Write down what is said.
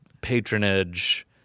patronage